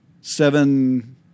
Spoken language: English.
seven